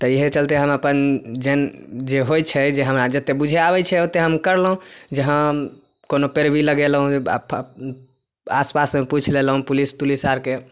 तऽ इएहे चलते हम अपन जे जे होइ छै जे हमरा जते बुझै आबै छै ओते हम करलौ जे हँ हम कोनो पैरवी लगेलौं आसपास मे पुइछ लेलौ पुलिस तुलिस आर के